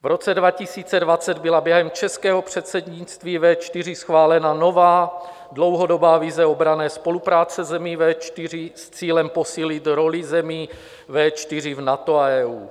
V roce 2020 byla během českého předsednictví V4 schválena nová dlouhodobá vize obranné spolupráce zemí V4 s cílem posílit roli zemí V4 v NATO a EU.